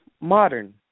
modern